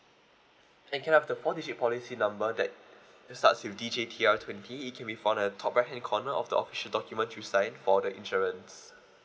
and can I have the four digit policy number that that starts with D J T R twenty it can be found at top right hand corner of the official document you signed for the insurance